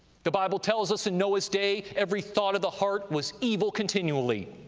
the bible tells us in noah's day every thought of the heart was evil continually.